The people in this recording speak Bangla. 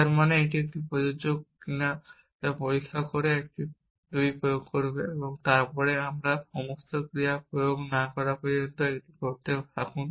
যার মানে এটি একটি 2 প্রযোজ্য কিনা তা পরীক্ষা করে একটি 2 প্রয়োগ করবে এবং তারপরে আমরা সমস্ত ক্রিয়া প্রয়োগ না করা পর্যন্ত এটি করতে থাকুন